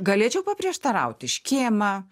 galėčiau paprieštaraut škėma